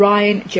Ryan